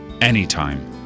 anytime